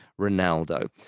Ronaldo